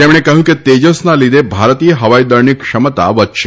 તેમણે કહ્યું કે તેજસના લીધે ભારતીય હવાઇ દળની ક્ષમતા વધશે